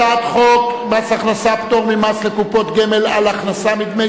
הצעת חוק מס הכנסה (פטור ממס לקופת גמל על הכנסה מדמי